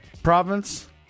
province